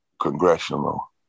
congressional